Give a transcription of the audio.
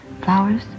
flowers